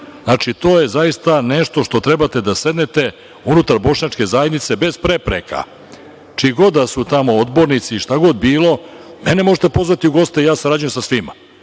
To je zaista nešto što trebate da sednete unutar bošnjačke zajednice bez prepreka, čiji god da su tamo odbornici i šta god bilo. Mene možete pozvati u goste, ja sarađujem sa svima.